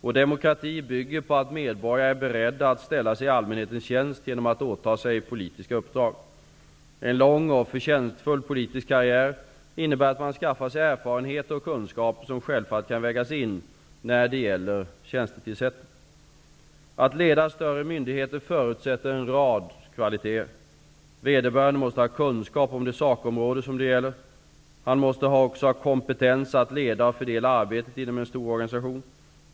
Vår demokrati bygger på att medborgare är beredda att ställa sig i allmänhetens tjänst genom att åta sig politiska uppdrag. En lång och förtjänstfull politisk karriär innebär att man skaffar sig erfarenheter och kunskaper som självfallet kan vägas in när det gäller tjänstetillsättning. Att leda större myndigheter förutsätter en rad kvaliteter. Vederbörande måste ha kunskap om det sakområde som det gäller. Han måste också ha kompetens att leda och fördela arbetet inom en stor organisation.